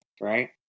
Right